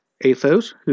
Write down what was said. Athos